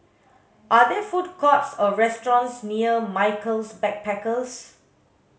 are there food courts or restaurants near Michaels Backpackers